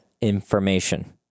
information